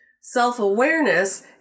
Self-awareness